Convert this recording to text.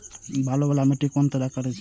बालू वाला मिट्टी के कोना तैयार करी?